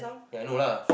ya I know lah